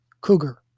Cougar